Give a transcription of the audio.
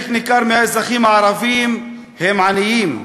חלק ניכר מהאזרחים הערבים הם עניים,